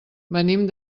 venim